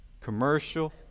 commercial